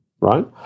right